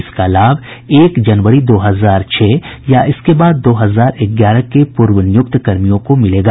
इसका लाभ एक जनवरी दो हजार छह या इसके बाद दो हजार ग्यारह के पूर्व नियुक्त कर्मियों को मिलेगा